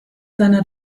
seiner